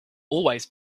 always